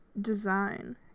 Design